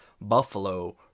Buffalo